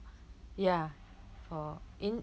ya for in